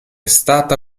stata